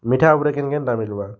ମିଠା ଉପ୍ରେ କେନ୍ କେନ୍ଟା ମିଲ୍ବା